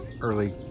early